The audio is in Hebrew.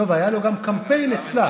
והיה לו גם קמפיין אצלה.